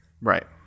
Right